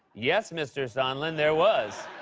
yes, mr. sondland, there was.